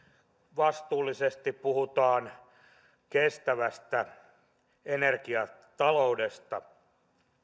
vastuullisesti puhutaan kestävästä energiataloudesta